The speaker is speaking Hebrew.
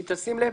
אם תשים לב,